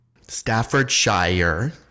Staffordshire